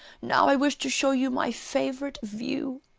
now i wish to show you my favorite view.